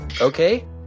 Okay